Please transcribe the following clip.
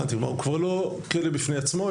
הוא כבר לא כלא בפני עצמו,